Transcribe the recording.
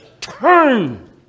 Turn